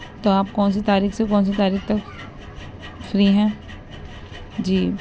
تو آپ کون سی تاریخ سے کون سی تاریخ تک فری ہیں جی